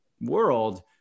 world